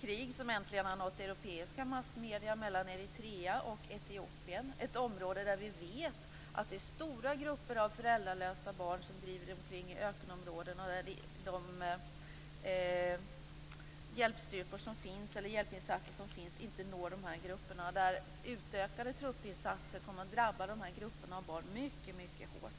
krig som nu äntligen har nått ut till europeiska massmedier, nämligen kriget mellan Eritrea och Etiopien, ett område där vi vet att det finns stora grupper av föräldralösa barn som driver omkring i ökenområdena. De hjälpinsatser som görs når inte dessa grupper, och utökade truppinsatser kommer att drabba dessa grupper av barn mycket hårt.